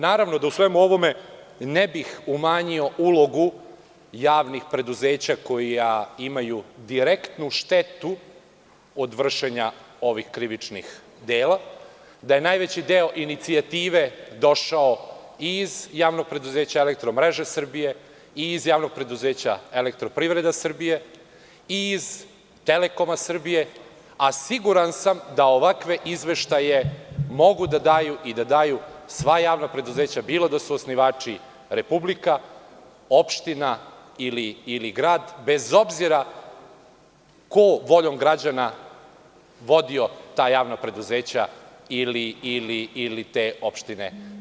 Naravno, u svemu ovome ne bih umanjio ulogu javnih preduzeća koja imaju direktnu štetu od vršenja ovih krivičnih dela, da je najveći deo inicijative došao iz javnog preduzeća „Elektromreže“ Srbije, i iz javnog preduzeća „Elektroprivreda“ Srbije i iz „Telekoma“ Srbije, a siguran sam da ovakve izveštaje mogu da daju sva javna preduzeća, bilo da su osnivači republika, opština ili grad, bez obzira ko voljom građana vodio ta javna preduzeća ili te opštine.